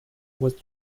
was